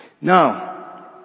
Now